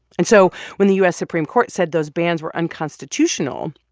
and so when the u s. supreme court said those bans were unconstitutional,